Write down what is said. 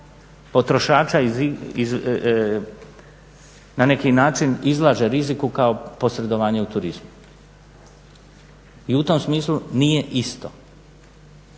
potrošača na neki način izlaže riziku kao posredovanje u turizmu. I u tom smislu nije isto.